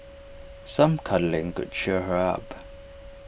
some cuddling could cheer her up